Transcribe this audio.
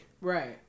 Right